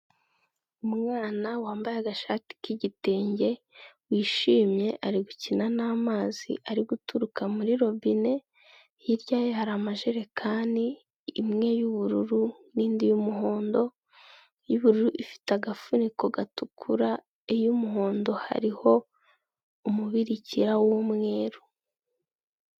Umwana wambaye agashati k'igitenge wishimye ari gukina n'amazi ari guturuka muri robine, hirya ye hari amajerekani, imwe y'ubururu n'indi y'umuhondo, iy'ubururu ifite agafuniko gatukura, iy'umuhondo hariho umubirikira w'umweru.